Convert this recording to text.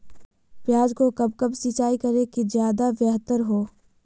प्याज को कब कब सिंचाई करे कि ज्यादा व्यहतर हहो?